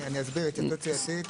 אני אסביר התייעצות סיעתית